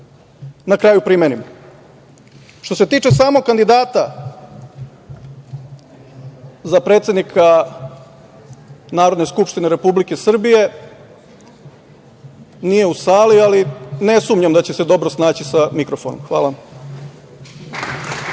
na kraju primenimo. Što se tiče samog kandidata za predsednika Narodne skupštine Republike Srbije, nije u sali, ali ne sumnjam da će se dobro snaći sa mikrofonom. Hvala.